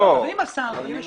השר יכול